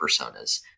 personas